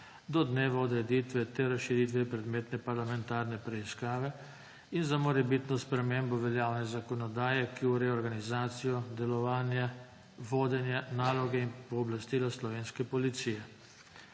do dneva odreditve te razširitve predmetne parlamentarne preiskave in za morebitno spremembo veljavne zakonodaje, ki ureja organizacijo, delovanje, vodenje, naloge in pooblastila slovenske policije.